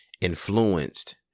influenced